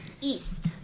East